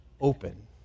open